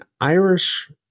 Irish